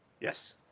Yes